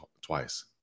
twice